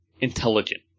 intelligent